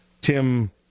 Tim